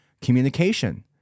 communication